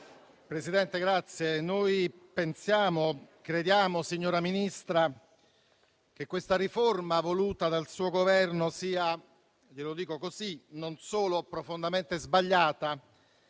Ministra, crediamo che questa riforma, voluta dal suo Governo, sia non solo profondamente sbagliata,